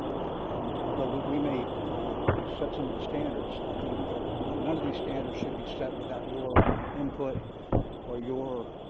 and and although we may you know set some of the standards, i think that none of these standards should be set without your input or your